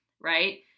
right